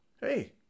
Hey